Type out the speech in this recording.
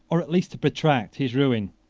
or at least to protract, his ruin.